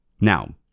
Now